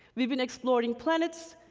we've been exploring planets.